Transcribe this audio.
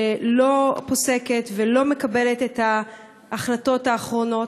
שלא פוסקת ולא מקבלת את ההחלטות האחרונות.